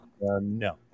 No